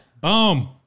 Boom